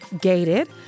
gated